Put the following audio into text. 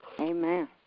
Amen